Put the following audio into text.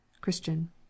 CHRISTIAN